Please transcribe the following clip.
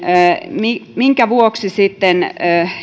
niin minkä vuoksi sitten